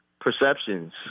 perceptions